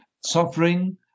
Suffering